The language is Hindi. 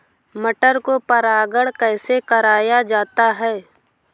मटर को परागण कैसे कराया जाता है?